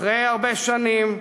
אחרי הרבה שנים,